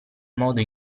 modo